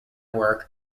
work